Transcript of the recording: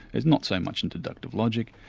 there's not so much in conductive logic,